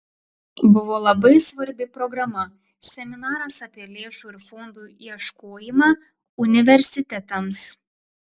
buvo labai svarbi programa seminaras apie lėšų ir fondų ieškojimą universitetams